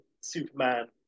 Superman